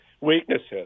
Weaknesses